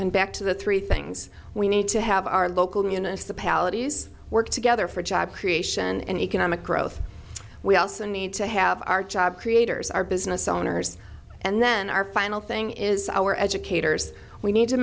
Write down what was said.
and back to the three things we need to have our local municipalities work together for job creation and economic growth we also need to have our job creators our business owners and then our final thing is our educators we need to